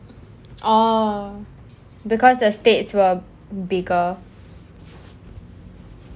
oh because the states were bigger